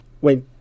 Wait